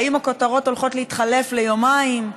האם הכותרות הולכות להתחלף ליומיים.